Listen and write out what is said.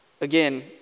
Again